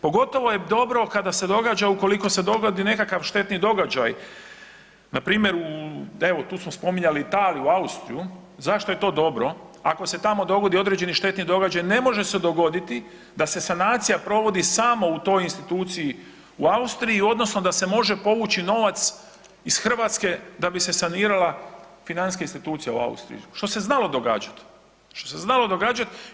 Pogotovo je dobro kada se događa ukoliko se dogodi nekakav štetni događaj npr. evo tu smo spominjali Italiju, Austriju, zašto je to dobro ako se tamo dogodi određeni štetni događaj ne može se dogoditi da se sanacija provodi samo u toj instituciji u Austriji odnosno da se može povući novac iz Hrvatske da bi se sanirala financijska institucija u Austriji, što se znalo događati.